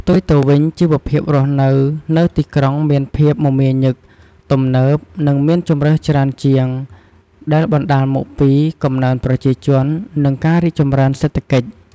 ផ្ទុយទៅវិញ ជីវភាពរស់នៅ នៅទីក្រុងមានភាពមមាញឹក ទំនើប និងមានជម្រើសច្រើនជាង ដែលបណ្ដាលមកពីកំណើនប្រជាជន និងការរីកចម្រើនសេដ្ឋកិច្ច។